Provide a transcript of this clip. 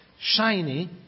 shiny